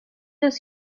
los